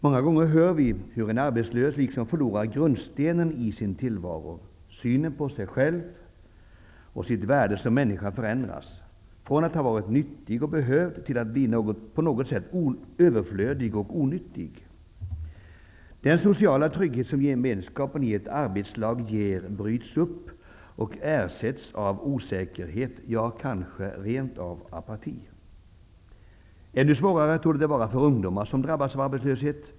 Många gånger hör vi hur en arbetslös liksom förlorar grundstenen i sin tillvaro. Synen på sig själv och sitt värde som människa förändras. Från att ha varit nyttig och behövd går man till att bli på något sätt överflödig och onyttig. Den sociala trygghet som gemenskapen i ett arbetslag ger bryts upp och ersätts av osäkerhet, ja kanske rent av av apati. Ännu svårare torde det vara för ungdomar som drabbas av arbetslöshet.